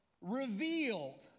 revealed